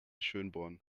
schönborn